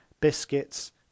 biscuits